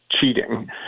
cheating